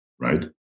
right